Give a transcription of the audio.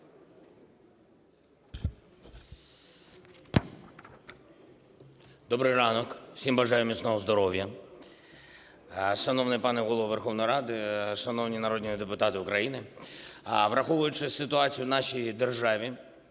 Добрий ранок! Усім бажаю міцного здоров'я! Шановний пане Голово Верховної Ради, шановні народні депутати України! Враховуючи ситуацію в нашій державі,